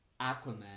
aquaman